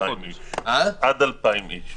עד 2,000 איש.